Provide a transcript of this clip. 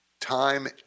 Time